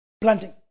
Planting